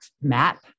map